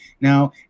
Now